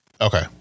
Okay